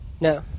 No